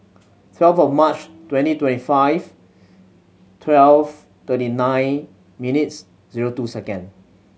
twelve of March twenty twenty five twelve thirty nine minutes zero two second